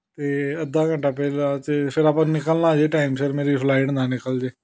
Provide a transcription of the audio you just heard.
ਅਤੇ ਅੱਧਾ ਘੰਟਾ ਪਹਿਲਾਂ ਅਤੇ ਫਿਰ ਆਪਾਂ ਨਿਕਲਣਾ ਜੀ ਟਾਈਮ ਸਿਰ ਮੇਰੀ ਫਲਾਈਟ ਨਾ ਨਿਕਲ ਜਾਵੇ